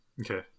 Okay